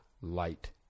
light